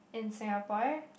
in Singapore